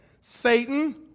Satan